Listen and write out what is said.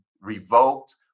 revoked